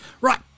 Right